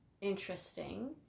interesting